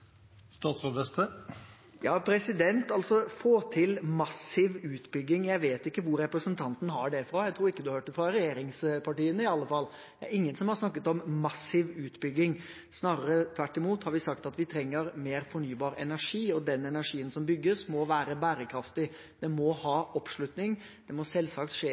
til en massiv utbygging» – jeg vet ikke hvor representanten har det fra. Jeg tror ikke hun har hørt det fra regjeringspartiene iallfall, det er ingen som har snakket om massiv utbygging. Snarere tvert imot har vi sagt at vi trenger mer fornybar energi, og den energien som bygges, må være bærekraftig. Det må ha oppslutning, det må selvsagt skje